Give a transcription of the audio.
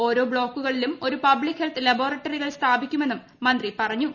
ഓരോ പ്ലോക്കുകളിലും ഒരു പബ്പിക് ഹെൽത്ത് ലബോറട്ടറികൾ സ്ഥാപിക്കുമെണ്ണും മന്ത്രി പറഞ്ഞു